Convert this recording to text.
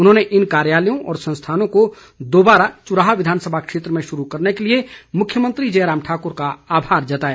उन्होंने इन कार्यालयों और संस्थानों को दोबारा चुराह विधानसभा क्षेत्र में शुरू करने के लिए मुख्यमंत्री जयराम ठाकुर का आभार जताया